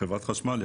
מחברת החשמל,